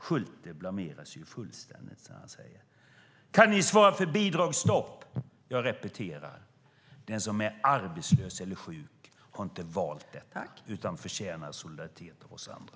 Schulte blamerar sig fullständigt när han frågar om vi kan svara för bidragsstopp. Jag repeterar: Den som är arbetslös eller sjuk har inte valt detta utan förtjänar solidaritet av oss andra.